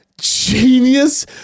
genius